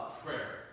prayer